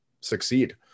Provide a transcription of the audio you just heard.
succeed